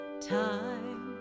Time